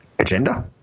Agenda